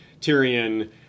Tyrion